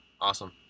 Awesome